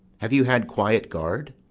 have you had quiet guard?